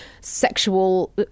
sexual